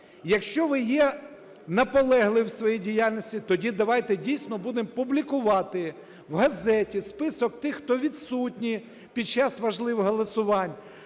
Якщо ви є наполегливий у своїй діяльності, тоді давайте, дійсно, будемо публікувати в газеті список тих, хто відсутні під час важливих голосувань.